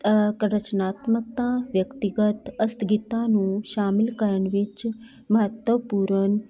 ਰਚਨਾਤਮਕਤਾ ਵਿਅਕਤੀਗਤ ਅਸਥਗਿਤਾ ਨੂੰ ਸ਼ਾਮਿਲ ਕਰਨ ਵਿੱਚ ਮਹੱਤਵਪੂਰਨ